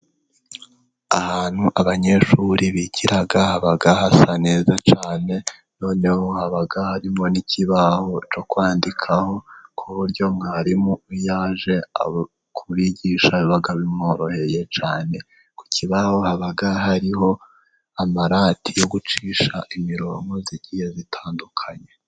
Ahantu abanyeshuri bigira haba hasa neza cyane, noneho haba harimo n'ikibaho cyo kwandikaho, ku buryo mwarimu iyo aje kubigisha biba bimworoheye cyane. Kubaho haba hariho amarati yo gucisha imirongo igiye itandukanye.